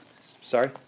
Sorry